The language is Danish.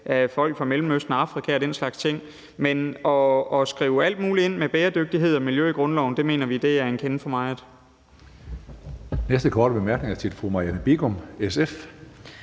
af folk fra Mellemøsten og Afrika og den slags ting. Men at skrive alt muligt ind om bæredygtighed og miljø i grundloven mener vier en kende for meget.